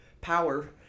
power